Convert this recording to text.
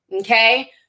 Okay